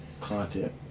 content